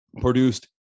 produced